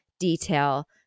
detail